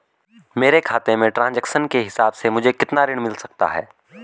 मेरे खाते के ट्रान्ज़ैक्शन के हिसाब से मुझे कितना ऋण मिल सकता है?